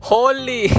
Holy